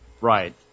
right